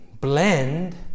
blend